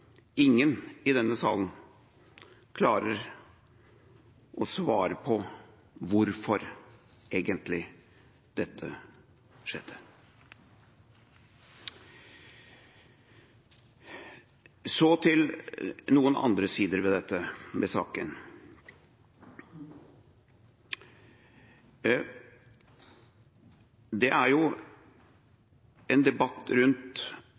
Ingen i denne salen klarer å svare på hvorfor dette egentlig skjedde. Så til noen andre sider ved denne saken: Det er debatt rundt